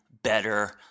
better